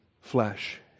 flesh